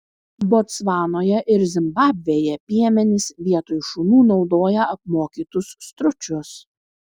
botsvanoje ir zimbabvėje piemenys vietoj šunų naudoja apmokytus stručius